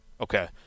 Okay